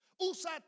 Usa